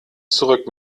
zurück